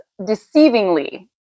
deceivingly